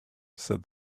said